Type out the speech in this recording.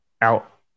Out